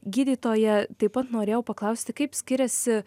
gydytoja taip pat norėjau paklausti kaip skiriasi